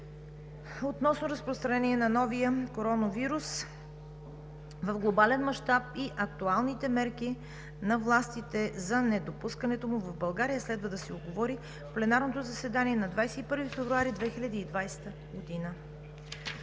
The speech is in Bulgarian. относно разпространение на новия коронавирус в глобален мащаб и актуалните мерки на властите за недопускането му в България. Следва да се отговори в пленарното заседание на 21 февруари 2020